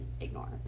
ignore